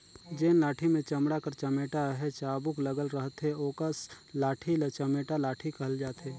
जेन लाठी मे चमड़ा कर चमेटा चहे चाबूक लगल रहथे ओकस लाठी ल चमेटा लाठी कहल जाथे